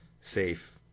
safe